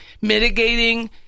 mitigating